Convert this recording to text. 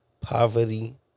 poverty